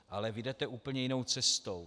Ale vy jdete úplně jinou cestou.